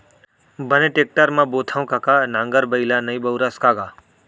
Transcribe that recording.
बने टेक्टर म बोथँव कका नांगर बइला नइ बउरस का गा?